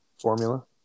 Formula